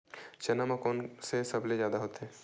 चना म कोन से सबले जादा होथे?